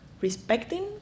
respecting